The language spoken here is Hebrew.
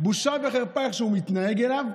בושה וחרפה איך שהוא מתנהג אליו.